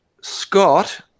Scott